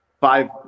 Five